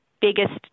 biggest